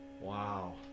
Wow